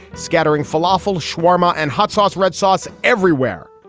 scattering falafel, shwarma and hot sauce, red sauce everywhere.